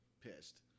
pissed